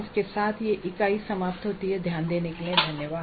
इसके साथ ये ईकाई समाप्त होती है ध्यान देने के लिए धन्यवाद